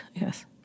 yes